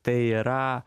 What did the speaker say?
tai yra